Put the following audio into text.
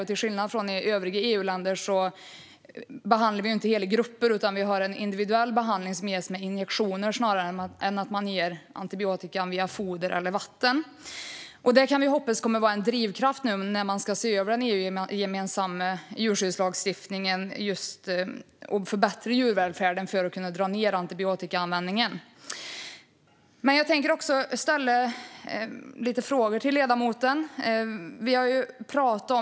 Till skillnad från övriga EU-länder behandlar vi inte hela grupper, utan vi har en individuell behandling som ges med injektioner snarare än att man ger antibiotikan via foder eller vatten. Det kan vi hoppas kommer att vara en drivkraft nu när man ska se över den EU-gemensamma djurskyddslagstiftningen och förbättra djurvälfärden för att kunna dra ned på antibiotikaanvändningen. Men jag tänker också ställa lite frågor till ledamoten.